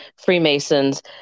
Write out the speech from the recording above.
freemasons